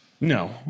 No